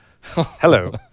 hello